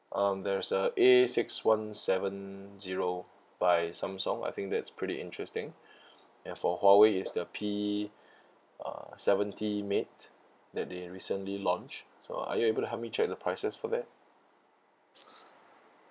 um there is a A six one seven zero by samsung I think that's pretty interesting ya for huawei is the P uh seventy mate that they recently launched so are you able to help me check the prices for that